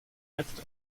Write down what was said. heft